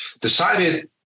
decided